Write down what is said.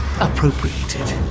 appropriated